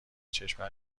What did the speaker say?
چشم